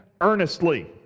earnestly